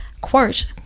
quote